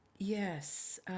Yes